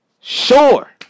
Sure